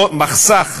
מחסך